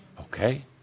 Okay